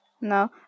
No